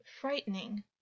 frightening